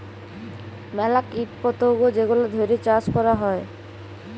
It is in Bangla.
ম্যালা কীট পতঙ্গ যেগলা ধ্যইরে চাষ ক্যরা হ্যয়